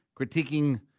critiquing